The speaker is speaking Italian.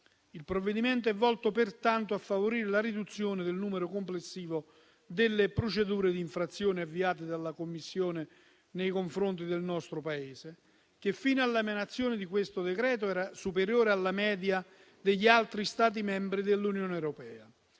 Il provvedimento è volto, pertanto, a favorire la riduzione del numero complessivo delle procedure d'infrazione avviate dalla Commissione nei confronti del nostro Paese, che fino all'emanazione di questo decreto-legge era superiore alla media degli altri Stati membri dell'Unione europea.